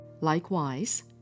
Likewise